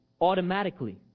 automatically